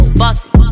bossy